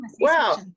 wow